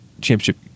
Championship